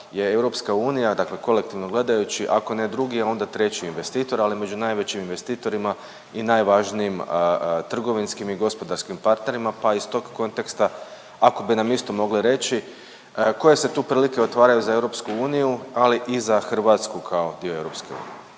je EU dakle kolektivno gledajući ako ne drugi onda treći investitor, ali među najvećim investitorima i najvažnijim trgovinskim i gospodarskim partnerima, pa iz tog konteksta ako bi nam isto mogli reći koje se tu prilike otvaraju za EU, ali i za Hrvatsku kao dio EU? **Radin,